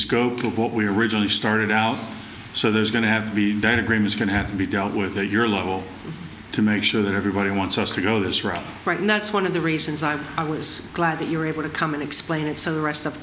scope of what we originally started out so there's going to have to be diagram is going to have to be dealt with or you're liable to make sure that everybody wants us to go this route right and that's one of the reasons i i was glad that you were able to come and explain it so the rest of the